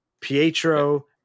Pietro